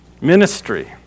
ministry